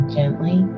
gently